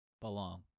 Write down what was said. belong